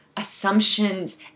assumptions